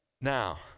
Now